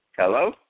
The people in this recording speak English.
Hello